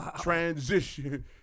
transition